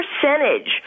percentage